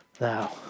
Now